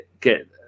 Get